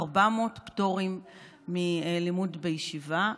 400 פטורים מלימוד בישיבה.